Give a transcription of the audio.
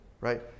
right